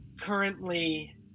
currently